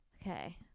okay